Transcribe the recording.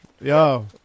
Yo